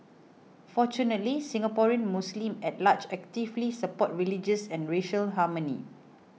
fortunately Singaporean Muslims at large actively support religious and racial harmony